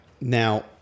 now